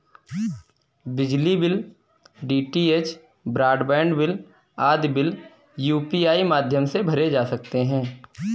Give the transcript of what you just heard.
बिजली bill, DTH broadband bill आदि bill UPI माध्यम से भरे जा सकते हैं